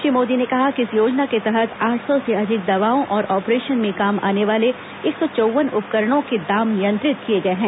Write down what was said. श्री मोदी ने कहा कि इस योजना के तहत आठ सौ से अधिक दवाओं और ऑपरेशन में काम आने वाले एक सौ चौव्वन उपकरणों के दाम नियंत्रित किए गए हैं